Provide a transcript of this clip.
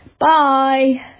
Bye